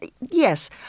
Yes